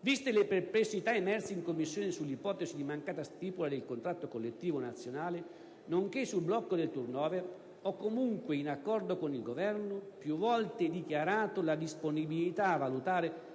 viste le perplessità emerse in Commissione sull'ipotesi di mancata stipula del contratto collettivo nazionale, nonché sul blocco del *turnover*, ho comunque, in accordo con il Governo, più volte dichiarato la disponibilità a valutare